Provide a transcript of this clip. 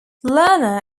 lerner